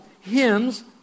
hymns